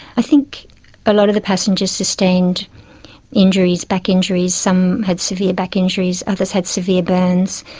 i think a lot of the passengers sustained injuries, back injuries, some had severe back injuries, others had severe burns.